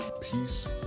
Peace